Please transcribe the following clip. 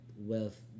wealth